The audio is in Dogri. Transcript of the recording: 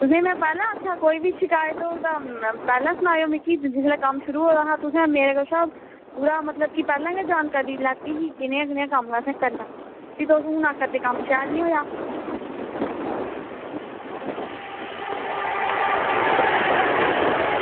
तुसेंगी में पैह्लें आक्खेआ कोई बी शकैत होग तां पैह्लें सनाएओ मिगी जिसलै कम्म शुरू होएआ तुसें मेरे कशा पूरा मतलब कि पैह्लें गै जानकारी लैती ही कनेहा कनेहा कम्म असें करना ते तुस हून आक्खा दे कम्म शैल निं होएआ